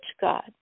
God